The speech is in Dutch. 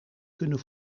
kunnen